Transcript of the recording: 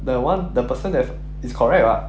the one the person that it's correct lah